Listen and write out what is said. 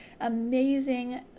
Amazing